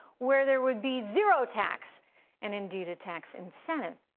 where there would be zero tax and indeed a tax incentive.